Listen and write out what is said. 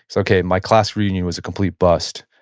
okay. my class reunion was a complete bust.